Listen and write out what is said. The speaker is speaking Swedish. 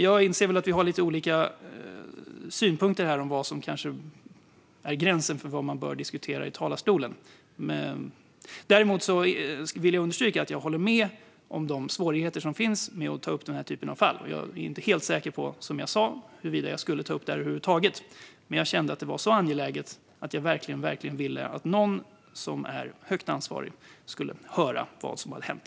Jag inser att vi har lite olika synpunkter här om var gränsen går för vad man bör diskutera i talarstolen. Men jag vill understryka att jag håller med om de svårigheter som finns när det gäller den här typen av fall. Jag var, som jag sa, inte helt säker på om jag skulle ta upp detta över huvud taget, men jag kände att det var så angeläget att jag verkligen ville att någon som är högt ansvarig skulle höra vad som hade hänt.